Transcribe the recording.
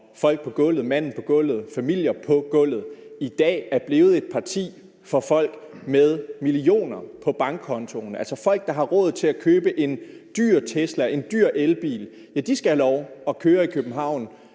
folk på gulvet, manden på gulvet, familien på gulvet, i dag er blevet et parti for folk med millioner på bankkontoen; altså folk, der har råd til at købe en dyr Tesla, en dyr elbil, skal have lov at køre i København,